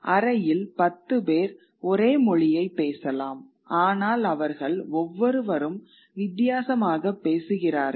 அறையில் 10 பேர் ஒரே மொழியைப் பேசலாம் ஆனால் அவர்கள் ஒவ்வொருவரும் வித்தியாசமாகப் பேசுகிறார்கள்